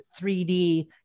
3d